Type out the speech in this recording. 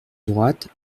droite